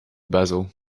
basil